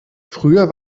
früher